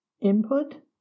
input